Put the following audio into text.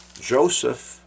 Joseph